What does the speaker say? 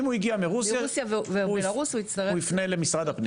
אם הגיע מרוסיה, יפנה למשרד הפנים.